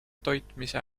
toitmise